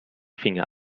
finger